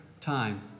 time